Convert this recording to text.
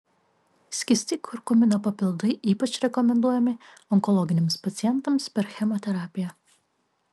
skysti kurkumino papildai ypač rekomenduojami onkologiniams pacientams per chemoterapiją